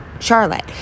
Charlotte